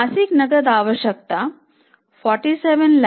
मासिक नकद आवश्यकता 4725000 है